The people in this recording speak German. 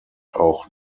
auch